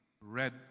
read